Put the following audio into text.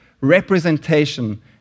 representation